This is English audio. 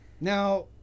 Now